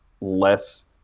less